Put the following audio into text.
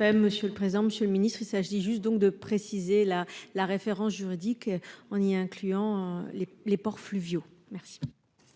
Madame, monsieur le président, monsieur le ministre, il s'agit juste donc de préciser la la référence juridique on y incluant les les ports fluviaux merci.